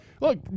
Look